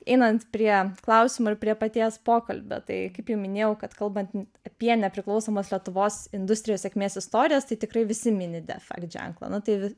einant prie klausimų ir prie paties pokalbio tai kaip jau minėjau kad kalbant apie nepriklausomos lietuvos industrijos sėkmės istorijas tai tikrai visi mini defekt ženklą nu tai